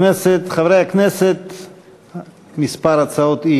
הצעת חוק טיפול בחולי נפש (תיקון,